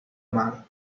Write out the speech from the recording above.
mar